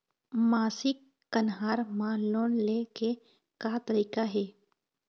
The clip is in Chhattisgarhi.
मासिक कन्हार म लोन ले के का तरीका हे?